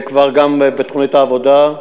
גם זה כבר בתוכנית העבודה,